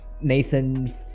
Nathan